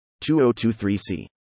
2023C